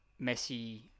Messi